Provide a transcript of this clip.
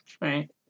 right